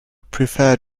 prefer